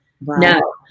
No